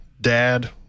dad